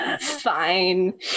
fine